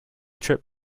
trip